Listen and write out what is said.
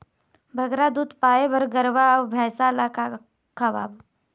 बगरा दूध पाए बर गरवा अऊ भैंसा ला का खवाबो?